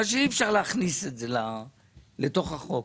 אמרה שאי אפשר להכניס את זה לתוך החוק.